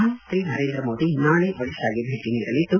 ಪ್ರಧಾನಮಂತ್ರಿ ನರೇಂದ್ರ ಮೋದಿ ನಾಳೆ ಒಡಿತಾಗೆ ಭೇಟ ನೀಡಲಿದ್ದು